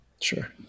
Sure